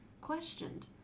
questioned